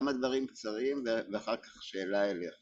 מדברים קצרים, ואחר כך שאלה אליה.